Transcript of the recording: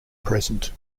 present